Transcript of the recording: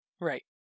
Right